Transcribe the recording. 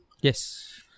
Yes